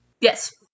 Yes